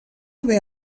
haver